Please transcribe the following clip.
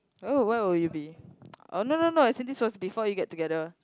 oh when will it be oh no no no as in this was before you get together